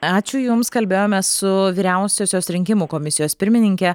ačiū jums kalbėjomės su vyriausiosios rinkimų komisijos pirmininke